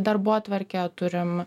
darbotvarkę turim